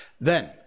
Then